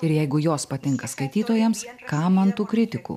ir jeigu jos patinka skaitytojams kam man tų kritikų